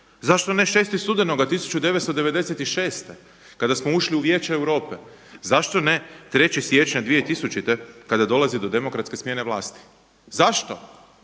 Zašto ne 6. studenoga 1996. kada smo ušli u Vijeće Europe? Zašto ne 3. siječnja 2000. kada dolazi do demokratske smjene vlasti? Zašto?